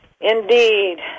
Indeed